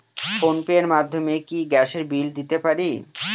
Phone pay র মাধ্যমে কি গ্যাসের বিল দিতে পারি?